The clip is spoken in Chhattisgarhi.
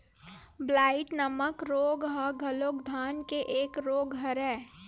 ब्लाईट नामक रोग ह घलोक धान के एक रोग हरय